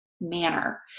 manner